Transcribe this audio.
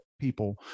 people